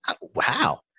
Wow